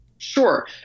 Sure